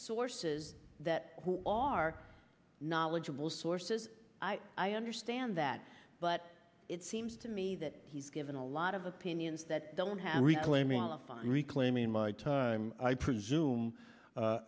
sources that are knowledgeable sources i understand that but it seems to me that he's given a lot of opinions that don't have reclaiming the fine reclaiming my time i presume